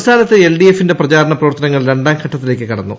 സംസ്ഥാനത്ത് എൽഡിഎഫിന്റെ പ്രചാരണ പ്രവർത്തനങ്ങൾ രണ്ട്രാം ഘട്ടത്തിലേക്ക് കടന്നു